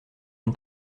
une